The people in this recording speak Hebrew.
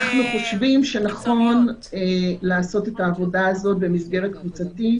אנחנו חושבים שנכון לעשות את העבודה הזאת במסגרת קבוצתית.